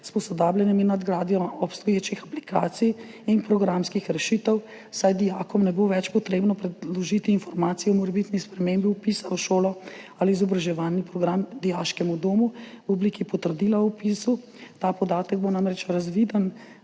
s posodabljanjem in nadgradnjo obstoječih aplikacij in programskih rešitev, saj dijakom ne bo več potrebno predložiti informacij o morebitni spremembi vpisa v šolo ali izobraževalni program dijaškemu domu v obliki potrdila o vpisu. Ta podatek bo namreč razviden